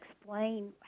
explain